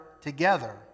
together